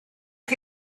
chi